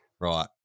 Right